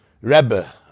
Rebbe